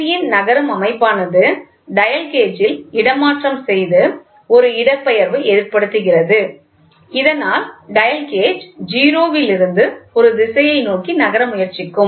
கருவியின் நகரும் அமைப்பானது டயல் கேஜில் இடமாற்றம் செய்து ஒரு இடப்பெயர்வு ஏற்படுத்துகிறது இதனால் டயல் கேஜ் 0 விலிருந்து ஒரு திசையை நோக்கி நகர முயற்சிக்கும்